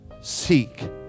Seek